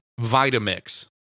Vitamix